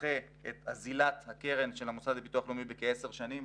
תדחה את אזילת הקרן של המוסד לביטוח לאומי בכעשר שנים,